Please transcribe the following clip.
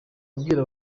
abwira